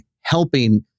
helping